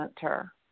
center